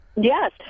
Yes